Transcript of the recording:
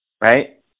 Right